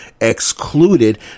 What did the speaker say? excluded